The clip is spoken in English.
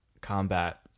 combat